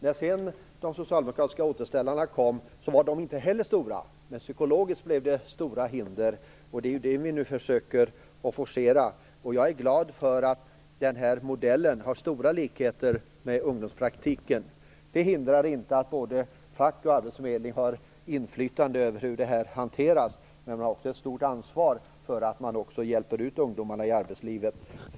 När sedan de socialdemokratiska återställarna kom var inte heller de stora, men psykologiskt innebar de stora hinder. Dessa hinder försöker vi nu forcera, och jag är glad över att den här modellen har stora likheter med ungdomspraktiken. Detta faktum hindrar inte att såväl facket som arbetsförmedlingen har inflytande över hur detta hanteras. De har också ett stort ansvar för att hjälpa ut ungdomarna i arbetslivet.